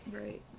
right